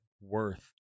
worth